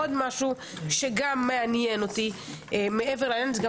יש עוד משהו שמעניין אותי מעבר לעניין הזה.